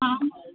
आम्